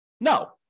No